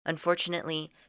Unfortunately